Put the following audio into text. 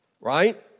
right